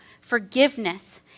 forgiveness